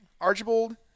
Archibald